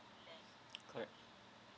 correct